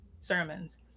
sermons